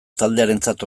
taldearentzat